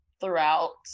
throughout